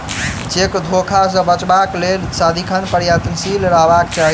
cheque धोखा सॅ बचबाक लेल सदिखन प्रयत्नशील रहबाक चाही